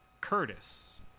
curtis